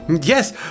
yes